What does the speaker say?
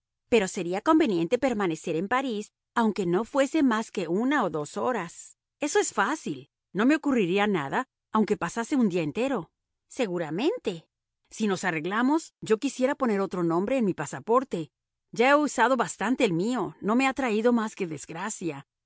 pero sería conveniente permanecer en parís aunque no fuese más que una o dos horas eso es fácil no me ocurriría nada aunque pasase un día entero seguramente si nos arreglamos yo quisiera poner otro nombre en mi pasaporte ya he usado bastante el mío no me ha traído más que desgracia